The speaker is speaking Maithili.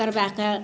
फेर ओकरा सऽ